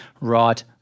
right